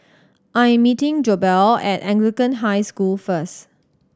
I'm meeting Goebel at Anglican High School first